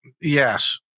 Yes